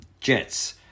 jets